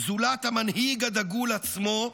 זולת המנהיג הדגול עצמו,